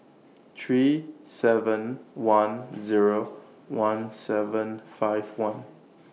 three seven one Zero one seven five one